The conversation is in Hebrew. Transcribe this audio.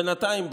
בינתיים,